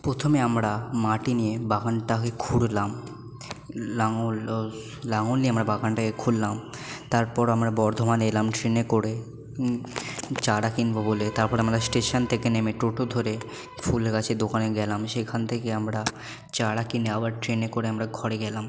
প্রথমে আমরা মাটি নিয়ে বাগানটাকে খুঁড়লাম লাঙল লাঙল নিয়ে আমরা বাগানটাকে খুঁড়লাম তারপর আমরা বর্ধমানে এলাম ট্রেনে করে চারা কিনবো বলে তারপরে আমরা স্টেশন থেকে নেমে টোটো ধরে ফুল গাছের দোকানে গেলাম সেখান থেকে আমরা চারা কিনে আবার ট্রেনে করে আমরা ঘরে গেলাম